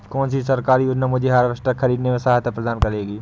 कौन सी सरकारी योजना मुझे हार्वेस्टर ख़रीदने में सहायता प्रदान करेगी?